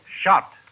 Shot